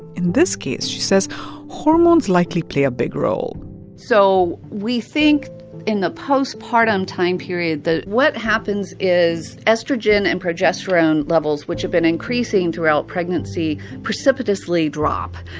in this case, she says hormones likely play a big role so we think in the postpartum time period that what happens is estrogen and progesterone levels, which have been increasing throughout pregnancy, precipitously drop.